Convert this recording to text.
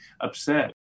upset